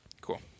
Cool